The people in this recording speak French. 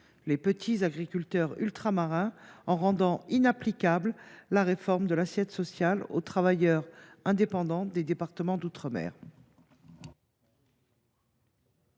les petits agriculteurs ultramarins en rendant inapplicable la réforme de l’assiette sociale aux travailleurs indépendants des départements d’outre mer.